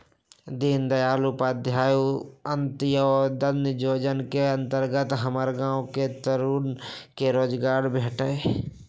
दीनदयाल उपाध्याय अंत्योदय जोजना के अंतर्गत हमर गांव के तरुन के रोजगार भेटल